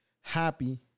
Happy